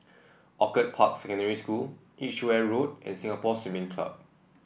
Orchid Park Secondary School Edgeware Road and Singapore Swimming Club